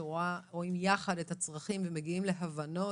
שרואים יחד את הצרכים ומגיעים להבנות,